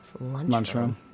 Lunchroom